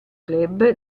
club